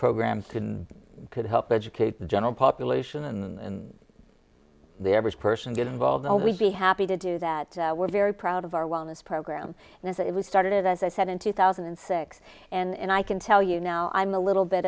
program to and could help educate the general population in the average person get involved and we'd be happy to do that we're very proud of our wellness program and it was started as i said in two thousand and six and i can tell you now i'm a little bit